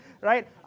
Right